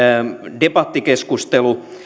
debattikeskustelu